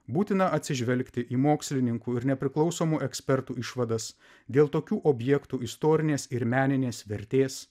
būtina atsižvelgti į mokslininkų ir nepriklausomų ekspertų išvadas dėl tokių objektų istorinės ir meninės vertės